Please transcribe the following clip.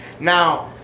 Now